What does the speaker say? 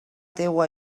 teua